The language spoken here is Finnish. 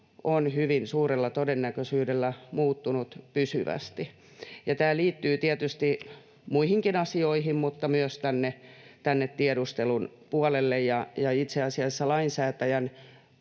on hyvin suurella todennäköisyydellä muuttunut pysyvästi. Tämä liittyy tietysti muihinkin asioihin, mutta myös tänne tiedustelun puolelle, ja itse asiassa lainsäätäjän